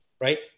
Right